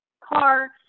car